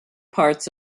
parts